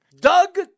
Doug